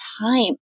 time